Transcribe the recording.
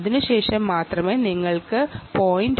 അതിനുശേഷം മാത്രമേ നിങ്ങൾക്ക് 0